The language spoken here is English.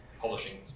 publishing